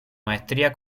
maestría